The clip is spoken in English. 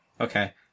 Okay